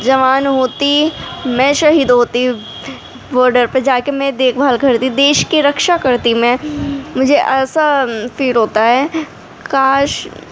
جوان ہوتی میں شہید ہوتی باڈر پہ جا کے میں دیکھ بھال کرتی دیش کی رکشا کرتی میں مجھے ایسا فیل ہوتا ہے کاش